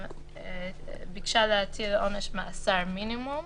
ביקשה להטיל עונש מאסר מינימום,